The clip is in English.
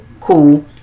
cool